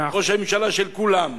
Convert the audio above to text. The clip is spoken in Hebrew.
ראש הממשלה של כולם,